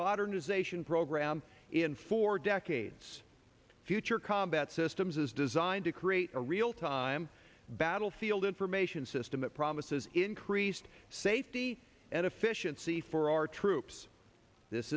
modernization program in for decades future combat systems is designed to create a real time battlefield information system promises increased safety and efficiency for our troops this